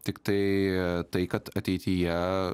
tiktai tai kad ateityje